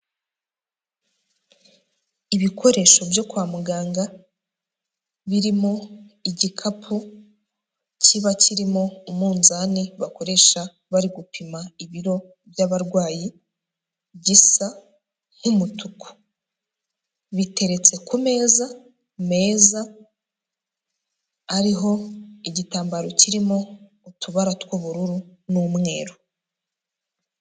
Ibikoresho byo kwa muganga, birimo igikapu kiba kirimo umunzani bakoresha bari gupima ibiro by'abarwayi gisa nk'umutuku, biteretse ku meza meza, ariho igitambaro kirimo utubara tw'ubururu n'umweru.